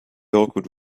awkward